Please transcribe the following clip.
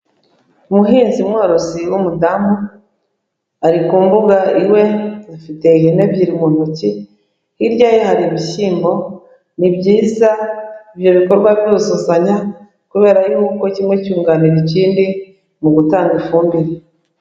Umuhinzi mworozi w'umudamu ari kumbuga iwe, afite ihene ebyiri mu ntoki. Hirya ye hari ibishyimbo, ni byiza, ni ibikorwa biruzuzanya kubera yuko kimwe cyunganira ikindi mu gutanga ifumbire.